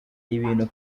ibintu